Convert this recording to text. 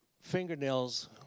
fingernails